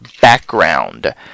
background